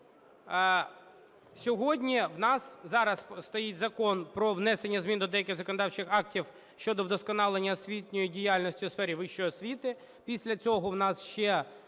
сьогодні, в нас зараз стоїть Закон про внесення змін до деяких законодавчих актів щодо вдосконалення освітньої діяльності у сфері вищої освіти.